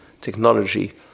technology